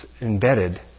embedded